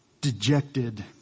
dejected